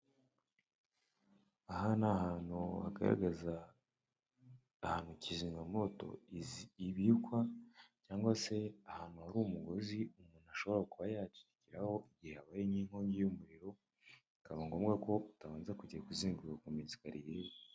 Aha ni ahantu whagaragaza ahantu kizimyamoto ibikwa, cyangwa se ahantu hari umugozi umuntu ashobora kuba yacikiraho igihe habaye nk'inkongi y'umuriro bikaba ngombwa ko utabanza kujya kuzenguruka amaesikariye.